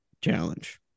challenge